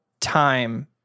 time